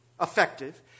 effective